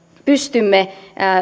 pystymme